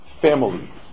family